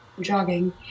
jogging